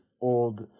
old